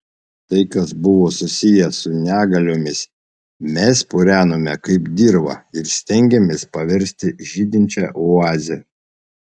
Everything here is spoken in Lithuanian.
tai kas buvo susiję su negaliomis mes purenome kaip dirvą ir stengėmės paversti žydinčia oaze